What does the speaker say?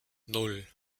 nan